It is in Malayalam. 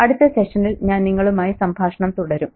അടുത്ത സെഷനിൽ ഞാൻ നിങ്ങളുമായി സംഭാഷണം തുടരും